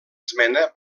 esmena